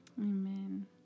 Amen